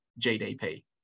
GDP